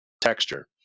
texture